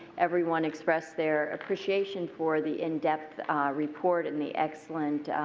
everyone expressed their appreciation for the in-depth report and the excellent